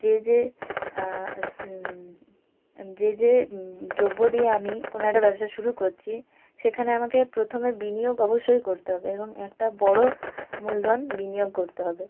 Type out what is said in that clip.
যে যে যে যে দ্রব্য দিয়ে আমি কোনো একটা ব্যবসা শুরু করছি সেখানে আমাকে প্রথমে বিনিয়োগ অবশ্যই করতে হবে এবং একটা বড়ো মূলধন বিনিয়োগ করতে হবে